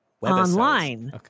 online